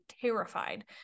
terrified